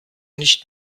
nicht